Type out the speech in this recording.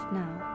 now